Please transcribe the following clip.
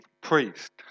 priest